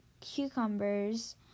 cucumbers